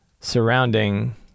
surrounding